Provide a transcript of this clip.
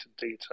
data